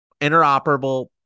interoperable